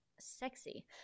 sexy